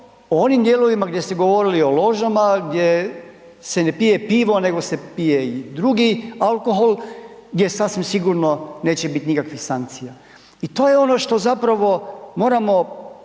o onim dijelovima gdje ste govorili o ložama, gdje se ne pije pivo nego se pije drugi alkohol, gdje sasvim sigurno neće biti nikakvih sankcija i to je ono što zapravo moramo